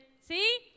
See